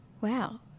wow